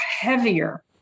heavier